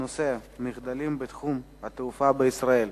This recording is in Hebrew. בנושא: מחדלים בתחום התעופה בישראל.